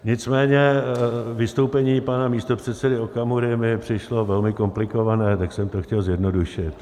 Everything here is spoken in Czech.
Nicméně vystoupení pana místopředsedy Okamury mi přišlo velmi komplikované, tak jsem to chtěl zjednodušit.